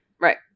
Right